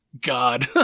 God